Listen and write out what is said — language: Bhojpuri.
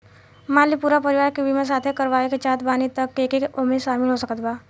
मान ली पूरा परिवार के बीमाँ साथे करवाए के चाहत बानी त के के ओमे शामिल हो सकत बा?